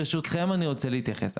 רגע, אבל ברשותכם אני רוצה להתייחס.